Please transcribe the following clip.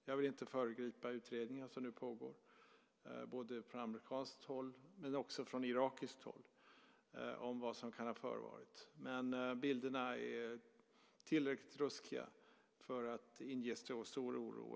Jag vill inte föregripa utredningarna som nu pågår både på amerikanskt håll och på irakiskt håll om vad som kan ha förevarit, men bilderna är tillräckligt ruskiga för att inge stor oro.